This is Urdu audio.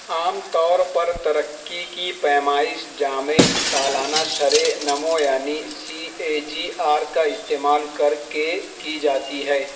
عام طور پر ترکّی کی پیمائش جامع سالانہ شرے نمو یعنی سی اے جی آر کا استعمال کر کے کی جاتی ہے